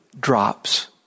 drops